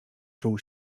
czuł